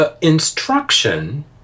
instruction